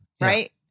right